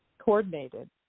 Coordinated